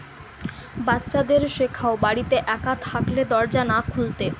বাচ্চাদের শেখাও বাড়িতে একা থাকলে দরজা না খুলতে